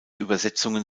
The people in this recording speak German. übersetzungen